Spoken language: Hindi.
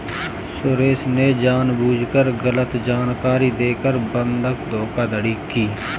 सुरेश ने जानबूझकर गलत जानकारी देकर बंधक धोखाधड़ी की